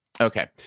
Okay